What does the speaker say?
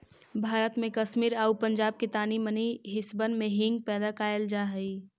भारत में कश्मीर आउ पंजाब के तानी मनी हिस्सबन में हींग पैदा कयल जा हई